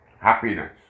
happiness